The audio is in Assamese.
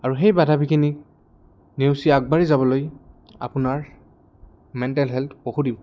আৰু সেই বাধ বিখিনিক নেওচি আগবাঢ়ি যাবলৈ আপোনাৰ মেণ্টেল হেল্থ বহুত ইম্পৰটেণ্ট